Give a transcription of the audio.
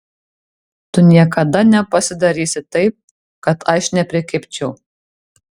tu niekada nepasidarysi taip kad aš neprikibčiau